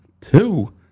Two